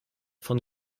von